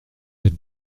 êtes